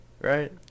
right